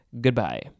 Goodbye